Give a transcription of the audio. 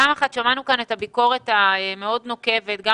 פעם אחת שמענו כאן את הביקורת המאוד נוקבת גם